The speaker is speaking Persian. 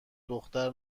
دختر